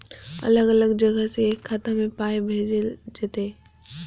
अलग अलग जगह से एक खाता मे पाय भैजल जेततै?